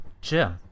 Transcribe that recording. Jim